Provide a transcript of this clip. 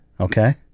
Okay